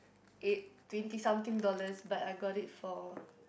eight twenty something dollars but I got it for